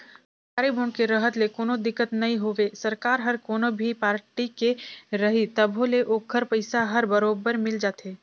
सरकारी बांड के रहत ले कोनो दिक्कत नई होवे सरकार हर कोनो भी पारटी के रही तभो ले ओखर पइसा हर बरोबर मिल जाथे